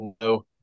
no